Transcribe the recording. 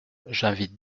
j’invite